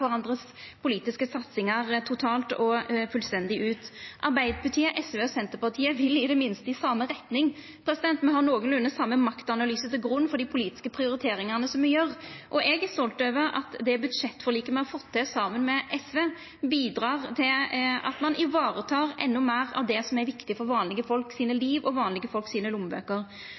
politiske satsingane til kvarandre totalt og fullstendig ut. Arbeidarpartiet, SV og Senterpartiet vil i det minste i same retning. Me har nokolunde same maktanalyse til grunn for dei politiske prioriteringane som me gjer. Eg er stolt over at det budsjettforliket me har fått til saman med SV, bidreg til at ein varetek endå meir av det som er viktig for livet og lommebøkene til vanlege folk.